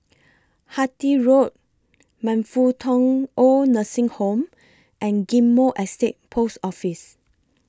Hythe Road Man Fut Tong Oid Nursing Home and Ghim Moh Estate Post Office